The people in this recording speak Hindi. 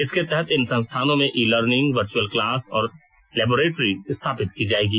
इसके तहत इन संस्थानों में ई लर्निंग वर्चुअल क्लास और लेबोरेट्री स्थापित की जाएगी